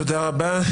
תודה רבה.